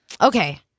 Okay